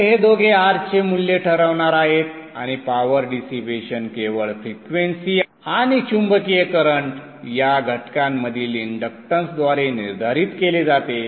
तर हे दोघे R चे मूल्य ठरवणार आहेत आणि पॉवर डिसिपेशन केवळ फ्रिक्वेंसी आणि चुंबकीय करंट ह्या घटकांमधील इंडक्टन्सद्वारे निर्धारित केले जाते